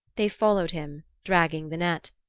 they followed him, dragging the net.